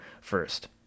first